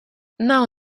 nav